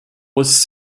was